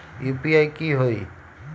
UPI की होई?